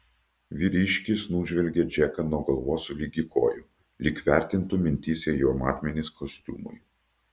vyriškis nužvelgė džeką nuo galvos ligi kojų lyg vertintų mintyse jo matmenis kostiumui